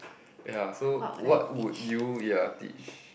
ya so what would you ya teach